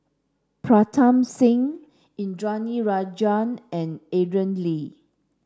Pritam Singh Indranee Rajah and Aaron Lee